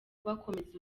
bakomeza